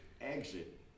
exit